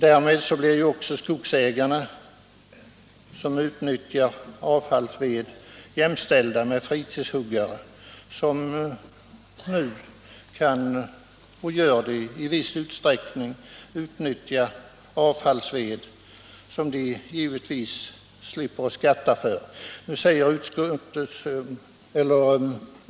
Därmed blir också de skogsägare som använder avfallsved jämställda med fritidshuggare, som nu i viss utsträckning nyttjar avfallsved och givetvis slipper att skatta för det.